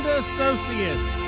associates